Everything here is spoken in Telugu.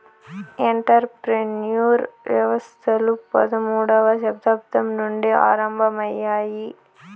ఎంటర్ ప్రెన్యూర్ వ్యవస్థలు పదమూడవ శతాబ్దం నుండి ఆరంభమయ్యాయి